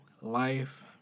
life